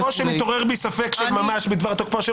או מתעורר בי ספק של ממש בדבר תוקפו של